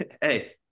Hey